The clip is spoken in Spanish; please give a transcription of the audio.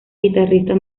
guitarrista